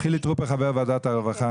חילי טרופר הוא חבר ועדת הרווחה.